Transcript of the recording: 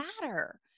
matter